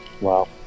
wow